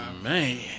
Man